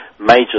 major